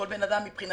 כל בן אדם מבחינתנו